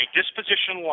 disposition